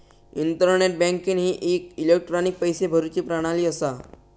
internet banking ही एक electronic पैशे भरुची प्रणाली असा